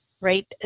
right